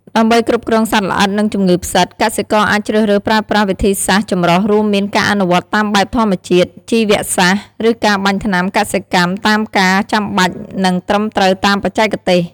ដើម្បីគ្រប់គ្រងសត្វល្អិត និងជំងឺផ្សិត កសិករអាចជ្រើសរើសប្រើប្រាស់វិធីសាស្រ្តចម្រុះ រួមមានការអនុវត្តតាមបែបធម្មជាតិ ជីវសាស្រ្ត ឬការបាញ់ថ្នាំកសិកម្មតាមការចាំបាច់ និងត្រឹមត្រូវតាមបច្ចេកទេស។